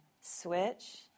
switch